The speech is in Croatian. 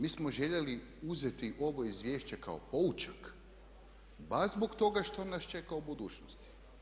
Mi smo željeli uzeti ovo izvješće kao poučak baš zbog toga što nas čeka u budućnosti.